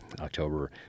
October